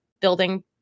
building